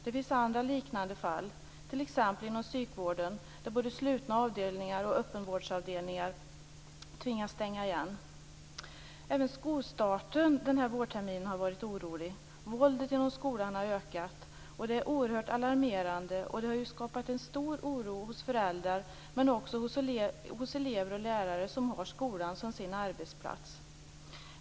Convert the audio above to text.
Det finns andra liknande fall, t.ex. inom psykvården, där både slutna avdelningar och öppenvårdsavdelningar tvingas stänga. Även skolstarten den här vårterminen har varit orolig. Våldet inom skolan har ökat. Det är oerhört alarmerande, och det har skapat en stor oro hos föräldrar men också hos elever och lärare som har skolan som sin arbetsplats.